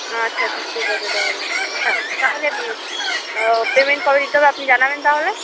আচ্ছা আচ্ছা ঠিক আছে তাহলে তাহলে পেমেন্ট কবে দিতে হবে আপনি জানাবেন তাহলে